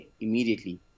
immediately